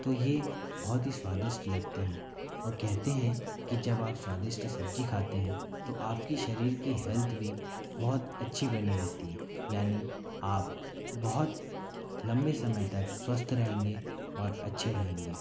तो यह बहुत ही स्वादिष्ट लगती हैं और कहते हैं कि जब आप स्वादिष्ट सब्ज़ी खाते हैं तो आपकी शरीर की हेल्थ भी बहुत अच्छी बनी रहती है यानि आप बहुत लम्बे समय तक स्वस्थ रहेंगे और अच्छे रहेंगे